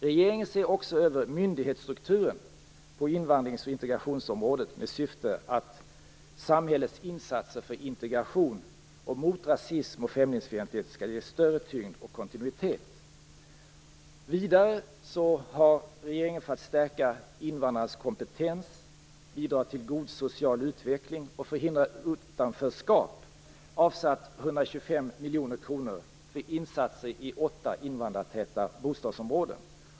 Regeringen ser också över myndighetsstrukturen på invandringsoch integrationsområdet, med syfte att samhällets insatser för integration och mot rasism och främlingsfientlighet skall ges större tyngd och kontinuitet. Vidare har regeringen, för att stärka invandrarnas kompetens, bidra till god social utveckling och förhindra utanförskap, avsatt 125 miljoner kronor för insatser i åtta invandrartäta bostadsområden.